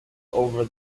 over